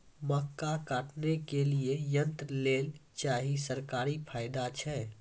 मक्का काटने के लिए यंत्र लेल चाहिए सरकारी फायदा छ?